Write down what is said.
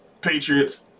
Patriots